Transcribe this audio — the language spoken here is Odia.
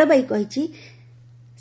ରେଳବାଇ କହିଛି